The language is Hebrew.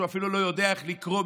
כשהוא אפילו לא יודע איך לקרוא,